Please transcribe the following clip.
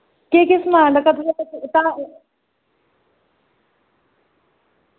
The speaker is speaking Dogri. केह् केह् समान रक्खा तुसें